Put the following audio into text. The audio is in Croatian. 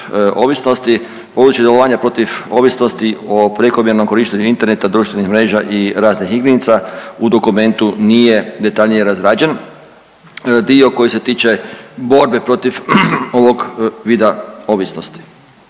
ovisnosti …/Govornik se ne razumije./… protiv ovisnosti o prekomjernom korištenju interneta, društvenih mreža i raznih igrica u dokumentu nije detaljnije razrađen dio koji se tiče borbe protiv ovog vida ovisnosti.